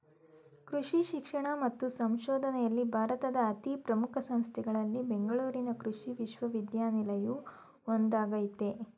ಕೃಷಿ ಶಿಕ್ಷಣ ಮತ್ತು ಸಂಶೋಧನೆಯಲ್ಲಿ ಭಾರತದ ಅತೀ ಪ್ರಮುಖ ಸಂಸ್ಥೆಗಳಲ್ಲಿ ಬೆಂಗಳೂರಿನ ಕೃಷಿ ವಿಶ್ವವಿದ್ಯಾನಿಲಯವು ಒಂದಾಗಯ್ತೆ